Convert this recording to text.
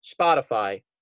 Spotify